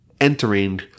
entering